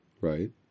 right